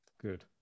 Good